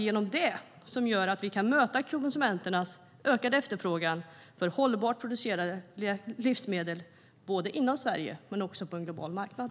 Genom det kan vi möta konsumenternas ökade efterfrågan på hållbart producerade livsmedel, både inom Sverige och på en global marknad.